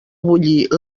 bullir